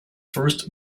first